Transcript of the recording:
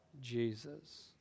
Jesus